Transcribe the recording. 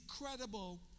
incredible